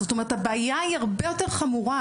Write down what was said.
זאת אומרת הבעיה היא הרבה יותר חמורה,